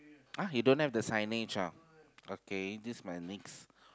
!huh! you don't have the signage ah okay this my next